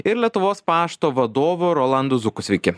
ir lietuvos pašto vadovu rolandu zuku sveiki